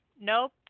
nope